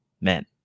men